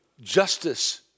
justice